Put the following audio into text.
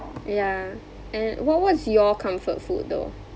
yeah and what what's your comfort food though